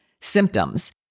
symptoms